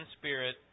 Spirit